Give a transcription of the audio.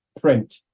print